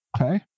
Okay